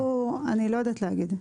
אני לא יודעת להגיד,